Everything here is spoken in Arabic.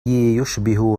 يشبه